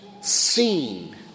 seen